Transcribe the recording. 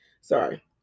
Sorry